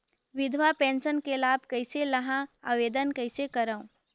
विधवा पेंशन के लाभ कइसे लहां? आवेदन कइसे करव?